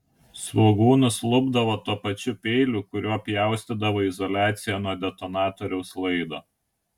svogūnus lupdavo tuo pačiu peiliu kuriuo pjaustydavo izoliaciją nuo detonatoriaus laido